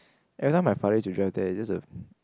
everytime my father used to drive there it's just a